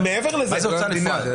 מה זה הוצאה לפועל?